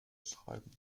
schreiben